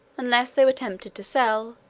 unless they were tempted to sell,